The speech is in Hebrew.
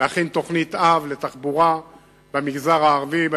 להכין תוכנית-אב לתחבורה במגזר הערבי,